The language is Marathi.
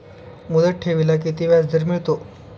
मुदत ठेवीला किती व्याजदर मिळतो?